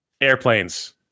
Airplanes